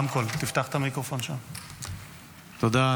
תודה,